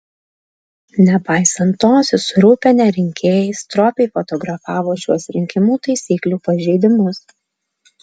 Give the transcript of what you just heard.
nepaisant to susirūpinę rinkėjai stropiai fotografavo šiuos rinkimų taisyklių pažeidimus